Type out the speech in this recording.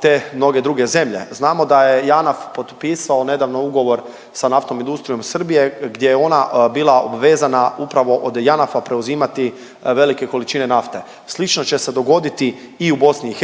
te mnoge druge zemlje. Znamo da je Janaf potpisao nedavno ugovor sa naftnom industrijom Srbije, gdje je ona bila obvezana upravo od Janafa preuzimati velike količine nafte. Slično će se dogoditi i u BIH,